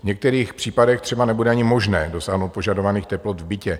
V některých případech třeba nebude ani možné dosáhnout požadovaných teplot v bytě.